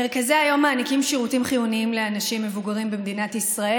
מרכזי היום מעניקים שירותים חיוניים לאנשים מבוגרים במדינת ישראל,